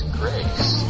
grace